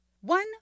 One